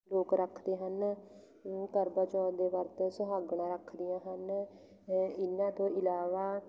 ਲੋਕ ਰੱਖਦੇ ਹਨ ਕਰਵਾ ਚੌਥ ਦੇ ਵਰਤ ਸੁਹਾਗਣਾ ਰੱਖਦੀਆਂ ਹਨ ਇਹਨਾਂ ਤੋਂ ਇਲਾਵਾ